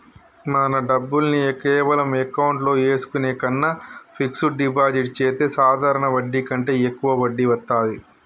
మన డబ్బుల్ని కేవలం అకౌంట్లో ఏసుకునే కన్నా ఫిక్సడ్ డిపాజిట్ చెత్తే సాధారణ వడ్డీ కంటే యెక్కువ వడ్డీ వత్తాది